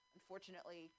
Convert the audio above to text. Unfortunately